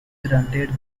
granted